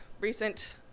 recent